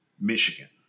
Michigan